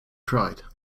cried